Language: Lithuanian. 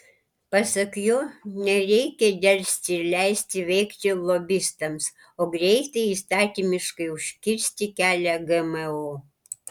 pasak jo nereikia delsti ir leisti veikti lobistams o greitai įstatymiškai užkirsti kelią gmo